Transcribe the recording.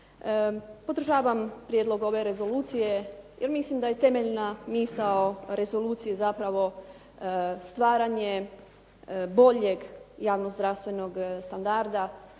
Podržavam prijedlog ove rezolucije jer mislim da je temeljna misao rezolucije zapravo stvaranje boljeg javnozdravstvenog standarda